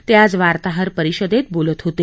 ते आज वार्ताहर परिषदेत बोलत होते